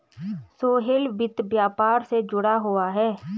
सोहेल वित्त व्यापार से जुड़ा हुआ है